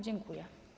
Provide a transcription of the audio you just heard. Dziękuję.